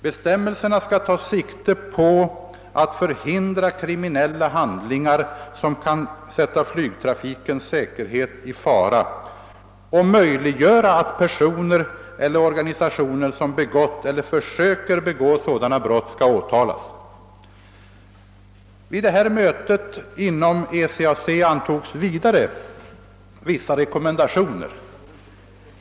Bestämmelserna skall ta sikte på att förhindra kriminella handlingar, som kan sätta flygtrafikens säkerhet i fara och möjliggöra att personer eller organisationer som begått eller försökt begå sådana brott åtalas. Vid detta möte inom ECAC antogs vidare vissa rekommendationer.